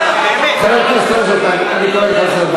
באמת, את הספסל הראשון אני אתחיל לקרוא לסדר.